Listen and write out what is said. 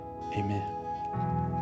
Amen